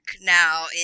now